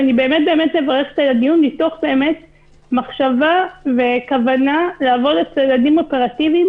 אני מברכת על הדיון מתוך מחשבה וכוונה לעבור לצעדים אופרטיביים,